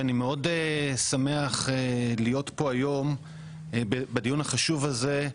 שאני מאוד שמח להיות פה היום בדיון החשוב הזה,